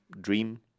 dream